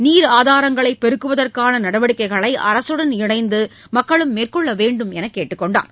நீர்ஆதாரங்களை பெருக்குவதற்கான நடவடிக்கைகளை அரசுடன் இணைந்து மக்களும் மேற்கொள்ள வேண்டும் என்று கேட்டுக் கொண்டார்